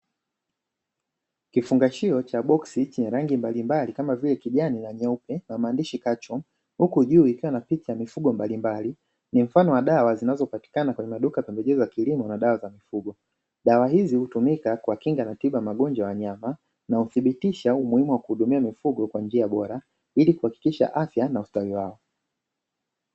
Kifungashio cha boksi chenye rangi mbalimbali kama vile kijani na nyeupe na maandishi "Catch Worm", huku juu ikiwa na picha za mifugo mbalimbali. Ni mfano wa dawa zinazopatikana kwenye maduka ya pembejeo za kilimo na dawa za mifugo. Dawa hizi hutumika kuwakinga na tiba ya magonjwa ya wanyama, inayothibitisha umuhimu wa kuhudumia mifugo kwa njia bora ili kuhakikisha afya na ustawi wao.